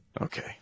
Okay